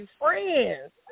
friends